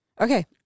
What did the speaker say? Okay